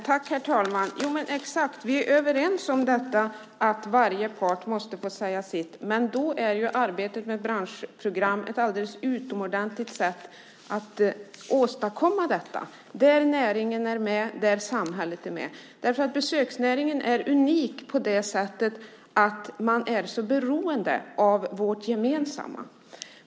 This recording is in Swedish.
Herr talman! Vi är överens om att varje part måste få säga sitt. Men då är arbetet med branschprogram ett alldeles utomordentligt sätt att åstadkomma detta, där näringen är med, och där samhället är med. Besöksnäringen är nämligen unik på det sättet att den är så beroende av våra gemensamma saker.